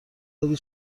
داری